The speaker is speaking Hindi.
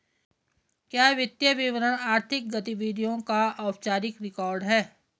क्या वित्तीय विवरण आर्थिक गतिविधियों का औपचारिक रिकॉर्ड है?